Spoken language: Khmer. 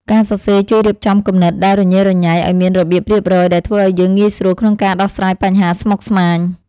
ការសរសេរជួយរៀបចំគំនិតដែលរញ៉េរញ៉ៃឱ្យមានរបៀបរៀបរយ ដែលធ្វើឱ្យយើងងាយស្រួលក្នុងការដោះស្រាយបញ្ហាស្មុគស្មាញ។